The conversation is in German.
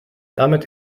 damit